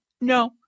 no